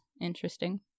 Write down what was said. interesting